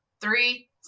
three